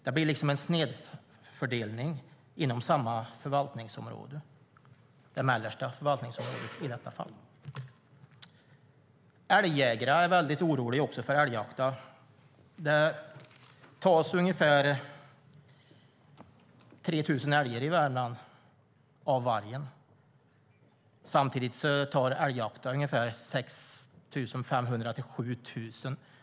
Det blir liksom en snedfördelning inom samma förvaltningsområde, i det här fallet det mellersta förvaltningsområdet. Älgjägarna är också oroliga för älgjakten. Ungefär 3 000 älgar tas av vargen i Värmland. Samtidigt tar älgjakten 6 500-7 000 älgar.